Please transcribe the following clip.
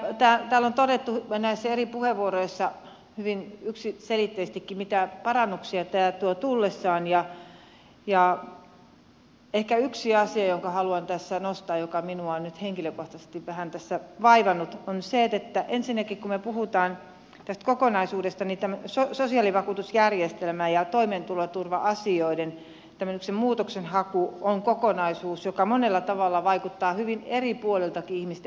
täällä on todettu näissä eri puheenvuoroissa hyvin yksiselitteisestikin mitä parannuksia tämä tuo tullessaan ja ehkä yksi asia jonka haluan tässä nostaa ja joka minua on nyt henkilökohtaisesti vähän tässä vaivannut on se että ensinnäkin kun me puhumme tästä kokonaisuudesta niin sosiaalivakuutusjärjestelmän ja toimeentuloturva asioiden muutoksenhaku on kokonaisuus joka monella tavalla vaikuttaa hyvin eri puoliltakin ihmisten elämäntilanteeseen